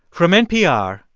from npr,